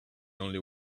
only